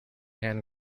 hand